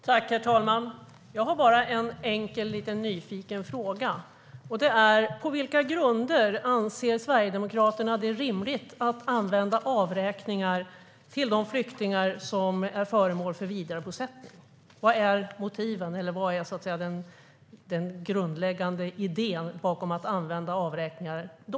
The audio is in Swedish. Herr talman! Jag har bara en enkel, nyfiken fråga: På vilka grunder anser Sverigedemokraterna det rimligt att använda avräkningar till de flyktingar som är föremål för vidarebosättning? Vad är den grundläggande idén bakom att använda avräkningar då?